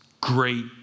great